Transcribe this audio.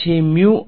અને તેથી અને